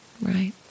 Right